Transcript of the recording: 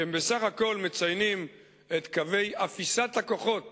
שבסך הכול מציינים את קווי אפיסת הכוחות